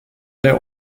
der